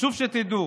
חשוב שתדעו: